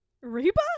Reba